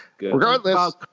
Regardless